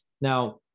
Now